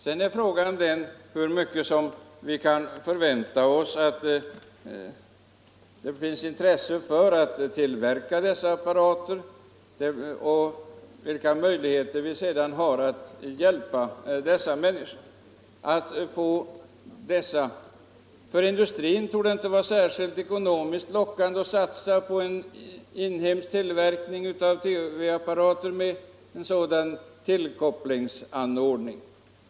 Sedan gäller det dock hur mycket vi kan förvänta oss att finna intresse för att tillverka dessa apparater, och vilka möjligheter vi kan ha att hjälpa dessa människor att få dem. För industrin torde det inte vara ekonomiskt lockande att satsa på en inhemsk tillverkning av TV-apparater med sådana tillkopplingsanordningar jag talat om.